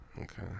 Okay